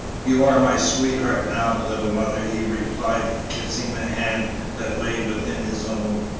you are my sweetheart now, little mother, he replied, kissing the hand that lay within his own.